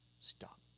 stop